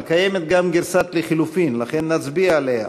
אבל קיימת גם גרסת לחלופין, לכן נצביע עליה.